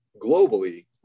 globally